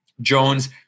Jones